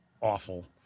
awful